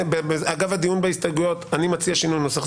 ואגב הדיון בהסתייגויות אני מציע שינוי נוסח,